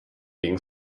being